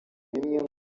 bimwe